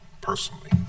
personally